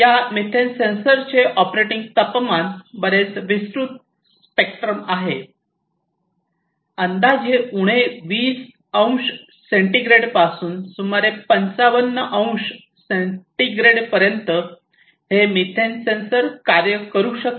या मिथेन सेन्सरचे ऑपरेटिंग तपमान बरेच विस्तृत स्पेक्ट्रम आहे अंदाजे उणे 20 अंश सेंटीग्रेडपासून सुमारे 55 अंश सेंटीग्रेड पर्यंत हे मिथेन सेन्सर कार्य करू शकते